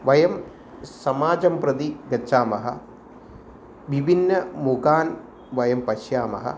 वयं समाजं प्रति गच्छामः विभिन्नमुखान् वयं पश्यामः